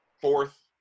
fourth